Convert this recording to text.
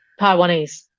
Taiwanese